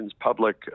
public